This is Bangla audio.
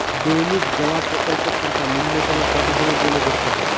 দৈনিক জমা প্রকল্পের টাকা নূন্যতম কত দিনের জন্য করতে হয়?